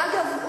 דרך אגב,